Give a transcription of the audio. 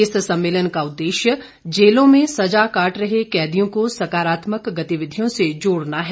इस सम्मेलन का उद्देश्य जेलों में सजा काट रहे कैदियों को सकारात्मक गतिविधियों से जोड़ना है